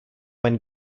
when